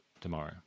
tomorrow